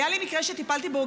היה לי מקרה שטיפלתי בו,